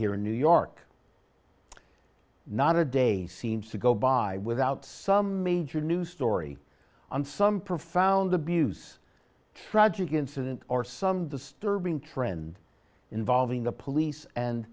here in new york not a day seems to go by without some major new story on some profound abuse tragic incident or some disturbing trend involving the police and